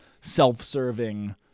self-serving